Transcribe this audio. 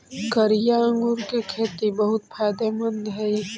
कारिया अंगूर के खेती बहुत फायदेमंद हई